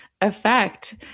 effect